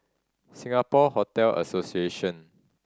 Singapore Hotel Association